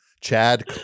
Chad